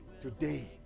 Today